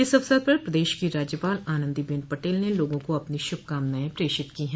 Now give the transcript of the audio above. इस अवसर पर प्रदेश की राज्यपाल आनन्दीबेन पटेल ने लोगों को अपनी शुभ कामनाएं प्रेषित की है